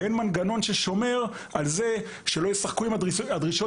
ואין מנגנון ששומר על כך שלא ישחקו עם הדרישות